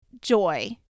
joy